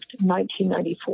1994